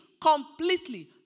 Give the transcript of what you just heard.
completely